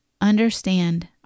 understand